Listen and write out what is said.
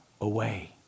away